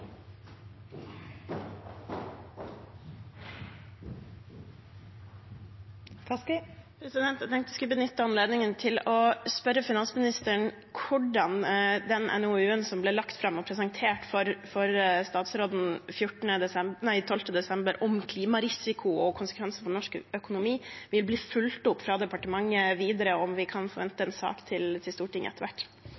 Jeg tenkte jeg skulle benytte anledningen til å spørre finansministeren om hvordan den NOU-en som ble lagt fram og presentert for henne 12. desember, om klimarisiko og konsekvenser for norsk økonomi, vil bli fulgt opp fra departementet videre, og om vi etter hvert kan forvente